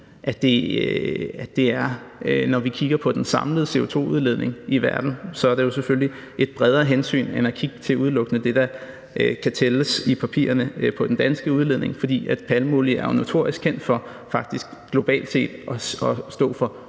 fordi der, når vi kigger på den samlede CO2-udledning i verden, så selvfølgelig er et bredere hensyn end udelukkende at kigge på det, der kan tælles i papirerne på den danske udledning, fordi palmeolie jo faktisk notorisk er kendt for globalt set at stå for